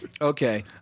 Okay